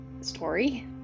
story